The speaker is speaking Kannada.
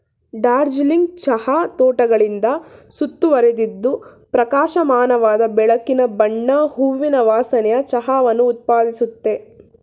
ಡಾರ್ಜಿಲಿಂಗ್ ಚಹಾ ತೋಟಗಳಿಂದ ಸುತ್ತುವರಿದಿದ್ದು ಪ್ರಕಾಶಮಾನವಾದ ಬೆಳಕಿನ ಬಣ್ಣ ಹೂವಿನ ವಾಸನೆಯ ಚಹಾವನ್ನು ಉತ್ಪಾದಿಸುತ್ತದೆ